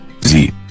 sie